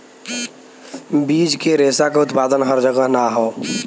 बीज के रेशा क उत्पादन हर जगह ना हौ